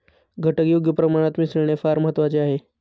घटक योग्य प्रमाणात मिसळणे फार महत्वाचे आहे